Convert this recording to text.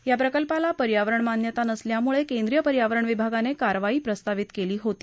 या प्रकल्पाला पर्यावरण मान्यता नसल्याने केंद्रीय पर्यावरण विभागाने कारवाई प्रस्तावित केली होती